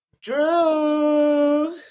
Drew